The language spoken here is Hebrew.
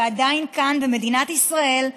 ועדיין כאן במדינת ישראל,